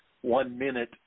one-minute